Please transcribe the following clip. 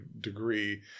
degree